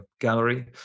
gallery